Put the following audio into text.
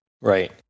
Right